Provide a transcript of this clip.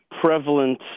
prevalent